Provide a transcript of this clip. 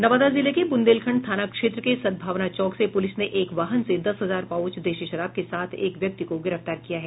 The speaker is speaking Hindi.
नवादा जिले के बुंदेलखंड थाना क्षेत्र के सद्भावना चौक से पुलिस ने एक वाहन से दस हजार पाउच देशी शराब के साथ एक व्यक्ति को गिरफ्तार किया है